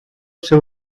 seu